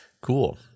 Cool